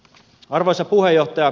arvoisa puheenjohtaja